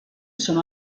sono